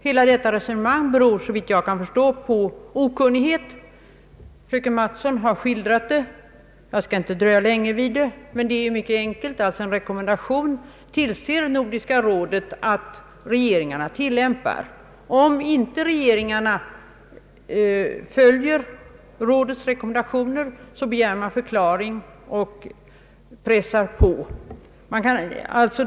Hela detta resonemang beror såvitt jag kan förstå på okunnighet. Fröken Mattson har skildrat tillvägagångssättet och jag skall inte dröja länge vid det. Men det är mycket enkelt; Nordiska rådet ser till att regeringarna tillämpar dess rekommendation. Om inte regeringarna följer rekommendationerna, begär man förklaring och pressar på.